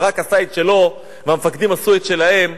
ברק עשה את שלו והמפקדים עשו את שלהם,